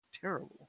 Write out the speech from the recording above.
terrible